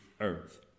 earth